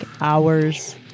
hours